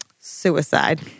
Suicide